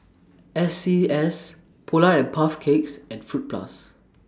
S C S Polar and Puff Cakes and Fruit Plus